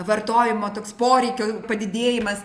vartojimo toks poreikio padidėjimas